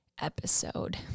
episode